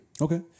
Okay